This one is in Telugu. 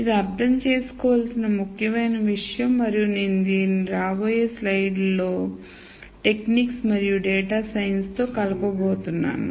ఇది అర్థం చేసుకోవలసిన ముఖ్యమైన విషయం మరియు నేను దీనిని రాబోయే స్లైడ్లో టెక్నిక్స్ మరియు డేటా సైన్స్ తో కలపపోతున్నాను